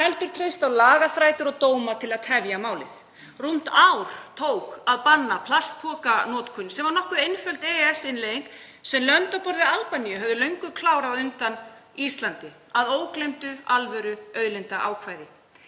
heldur treyst á lagaþrætur og dóma til að tefja málið. Rúmt ár tók að banna plastpokanotkun, sem var nokkuð einföld EES-innleiðing, sem lönd á borð við Albaníu höfðu löngu klárað á undan Íslandi, að ógleymdu alvöruauðlindaákvæði.